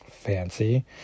fancy